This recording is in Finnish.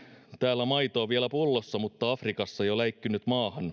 täällä maito on vielä pullossa mutta afrikassa jo läikkynyt maahan